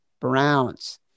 Browns